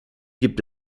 gibt